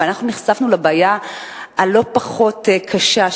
אבל אנחנו נחשפנו לבעיה הלא-פחות קשה,